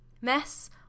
Mess